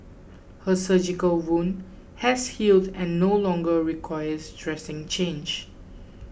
her surgical wound has healed and no longer requires dressing change